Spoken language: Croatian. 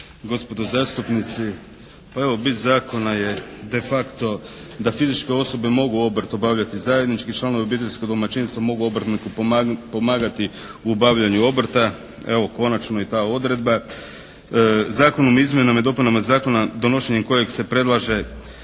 gospodo zastupnici! Pa evo, bit zakona je de facto da fizičke osobe obrt mogu obavljati zajednički, članovi obiteljskog domaćinstva mogu obrtniku pomagati u obavljaju obrta. Evo, konačno i ta odredba. Zakonom o izmjenama i dopunama Zakona donošenjem kojeg se predlaže,